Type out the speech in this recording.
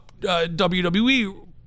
WWE